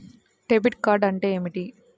Debit card అంటే ఏమిటి?